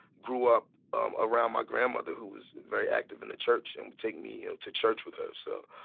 grew up um around my grandmother, who was very active in the church and would take me, you know, to church with her. so